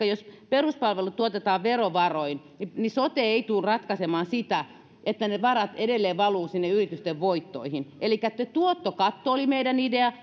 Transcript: jos peruspalvelut tuotetaan verovaroin niin niin sote ei tule ratkaisemaan sitä että ne varat eivät valuisi edelleen sinne yritysten voittoihin elikkä tuottokatto oli meidän ideamme